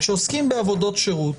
כשעוסקים בעבודות שירות,